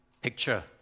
picture